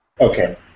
Okay